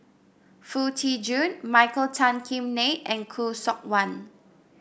Foo Tee Jun Michael Tan Kim Nei and Khoo Seok Wan